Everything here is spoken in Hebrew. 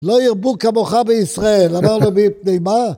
לא ירבו כמוך בישראל, אמרנו מפני מה?